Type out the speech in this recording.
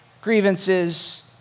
grievances